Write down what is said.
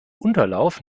unterlauf